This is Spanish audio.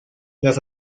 las